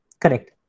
Correct